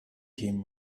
him